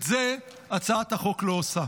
את זה הצעת החוק לא עושה.